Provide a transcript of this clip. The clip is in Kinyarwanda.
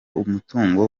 umutungo